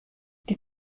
die